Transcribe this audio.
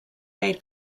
made